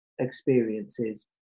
experiences